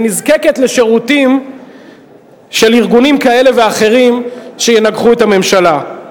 ונזקקת לשירותים של ארגונים כאלה ואחרים שינגחו את הממשלה.